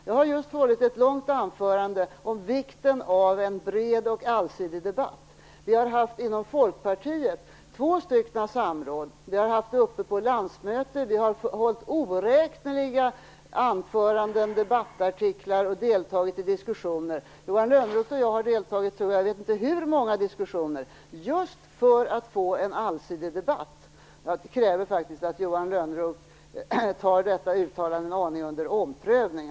Jag har just hållit ett långt anförande om vikten av en bred och allsidig debatt. Inom Folkpartiet har frågan varit uppe på två samråd och på landsmötet. Vi har hållit oräkneliga anföranden, skrivit debattartiklar och deltagit i diskussioner. Och jag vet inte hur många diskussioner Johan Lönnroth och jag har deltagit i - allt detta just för att få en allsidig debatt. Jag kräver faktiskt att Johan Lönnroth skall ta sitt uttalande under omprövning.